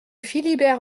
philibert